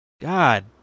God